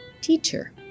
Teacher